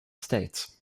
states